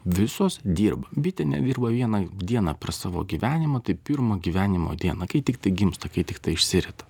visos dirba bitė nedirba vieną dieną per savo gyvenimą taip pirmą gyvenimo dieną kai tiktai gimsta kai tiktai išsirita